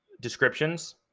descriptions